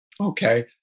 Okay